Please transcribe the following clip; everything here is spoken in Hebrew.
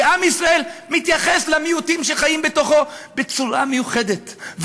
כי עם ישראל מתייחס למיעוטים שחיים בתוכו בצורה מיוחדת.